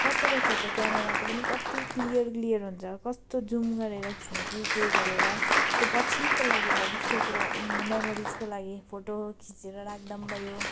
कस्तो कस्तोको कयामराको पनि कति क्लियर क्लियर हुन्छ कस्तो जुम गरेर खिच्ने कि के गरेर त्यो पछिको लागि भविष्यको मेमोरिजको लागि फोटो खिचेर राख्दा भयो